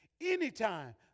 Anytime